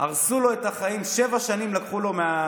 הרסו לו את החיים, שבע שנים לקחו לו מהחיים.